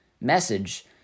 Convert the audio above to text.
message